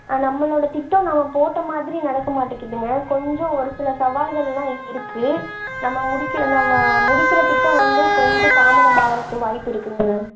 ஆ நம்மளோட திட்டம் நம்ம போட்ட மாதிரி நடக்க மாட்டேக்கிதுங்க கொஞ்சம் ஒரு சில சவால்களெலாம் இருக்குது நம்ம முடிக்கிற நம்ம முடிக்கிற திட்டம் வந்து கொஞ்சம் தாமதம் ஆகிறக்கு வாய்ப்பு இருக்குதுங்க மேம்